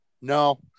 No